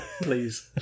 please